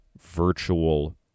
virtual